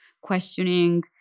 questioning